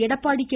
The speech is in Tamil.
எடப்பாடி கே